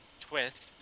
twist